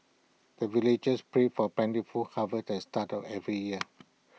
the villagers pray for plentiful harvest at the start of every year